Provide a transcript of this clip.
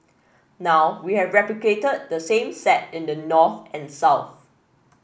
now we have replicated the same set in the north and south